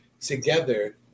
Together